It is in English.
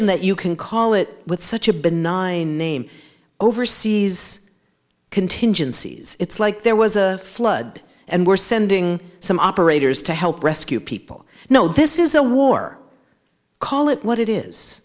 notion that you can call it with such a benign name overseas contingencies it's like there was a flood and we're sending some operators to help rescue people know this is a war call it what it is